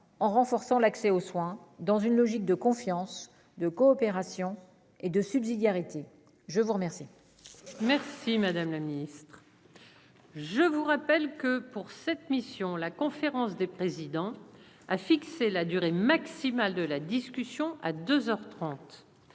en renforçant l'accès aux soins dans une logique de confiance, de coopération et de subsidiarité, je vous remercie. Merci madame la ministre. Je vous rappelle que pour cette mission, la conférence des présidents a fixé la durée maximale de la discussion à 2